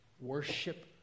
worship